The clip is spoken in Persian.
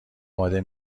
آماده